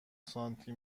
سانتی